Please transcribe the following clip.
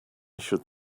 should